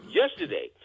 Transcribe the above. yesterday